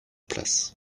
place